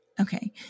Okay